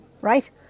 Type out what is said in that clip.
right